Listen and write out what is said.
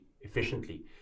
efficiently